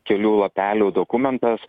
kelių lapelių dokumentas